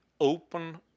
open